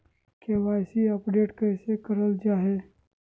KYC update कैसे करल जाहै?